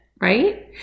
Right